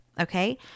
okay